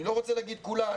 אני לא רוצה להגיד שכולן,